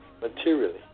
materially